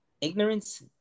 ignorance